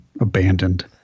abandoned